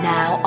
Now